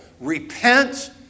repent